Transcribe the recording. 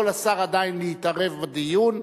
יכול השר עדיין להתערב בדיון.